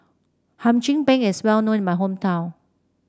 Hum Chim Peng is well known in my hometown